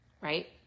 right